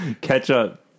Ketchup